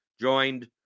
Joined